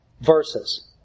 verses